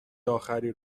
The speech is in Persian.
آخری